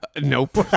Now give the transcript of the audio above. Nope